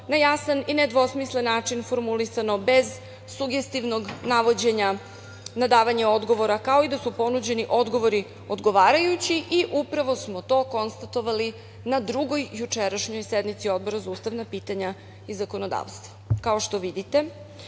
na jasan i nedvosmislen način formulisano, bez sugestivnog navođenja na davanje odgovora, kao i da su ponuđeni odgovori odgovarajući i upravo smo to konstatovali na drugoj jučerašnjoj sednici Odbora za ustavna pitanja i zakonodavstvo. Kao što vidite,